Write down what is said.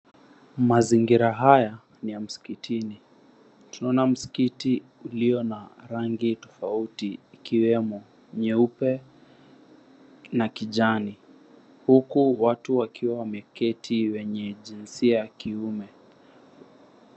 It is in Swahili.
Mazingira haya ni ya msikitini. Tunaona msikiti ulio na rangi tofauti ikiwemo nyeupe na kijani huku watu wakiwa wameketi wenye jinsia ya kiume.